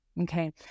Okay